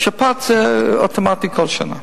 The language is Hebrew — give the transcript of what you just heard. שפעת זה אוטומטי כל שנה,